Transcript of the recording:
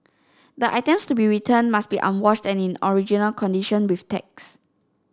the items to be returned must be unwashed and in original condition with tags